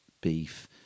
beef